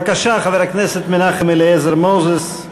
בבקשה, חבר הכנסת מנחם אליעזר מוזס,